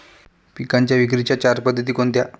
पिकांच्या विक्रीच्या चार पद्धती कोणत्या?